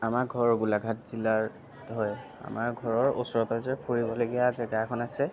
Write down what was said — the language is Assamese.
আমাৰ ঘৰ গোলাঘাট জিলাত হয় আমাৰ ঘৰৰ ওচৰে পাঁজৰে ফুৰিবলগীয়া জেগা এখন আছে